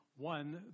One